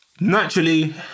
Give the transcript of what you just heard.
Naturally